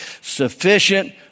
Sufficient